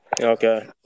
Okay